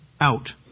out